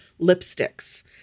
lipsticks